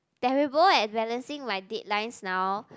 terrible at balancing my deadlines now